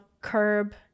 curb